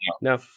no